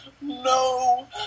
no